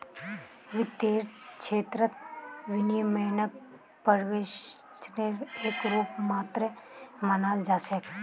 वित्तेर क्षेत्रत विनियमनक पर्यवेक्षनेर एक रूप मात्र मानाल जा छेक